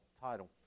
title